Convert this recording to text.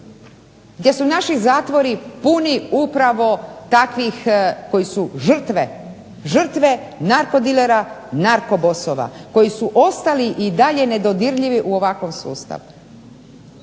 Jesu naši zatvori puno upravo takvih koji su žrtve narkodilera, narkobossova, koji su ostali i dalje nedodirljivi u ovakvom sustavu.